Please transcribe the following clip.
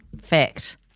fact